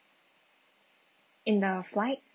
in the flight